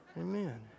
Amen